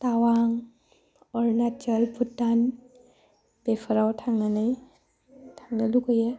तावां अरुणाचल भुटान बेफोराव थांनो लुगैयो